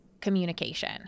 communication